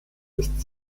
ist